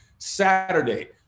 Saturday